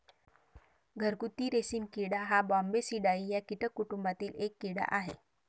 घरगुती रेशीम किडा हा बॉम्बीसिडाई या कीटक कुटुंबातील एक कीड़ा आहे